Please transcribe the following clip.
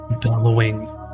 bellowing